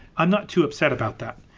i'm not too upset about that.